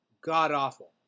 god-awful